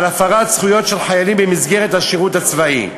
על הפרת זכויות של חיילים במסגרת השירות הצבאי.